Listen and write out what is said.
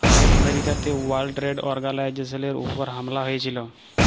আমেরিকাতে world trade অর্গালাইজেশলের উপর হামলা হঁয়েছিল